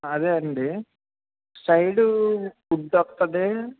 అదే అండి side wood వస్తుంది